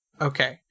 Okay